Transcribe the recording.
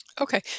Okay